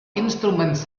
instruments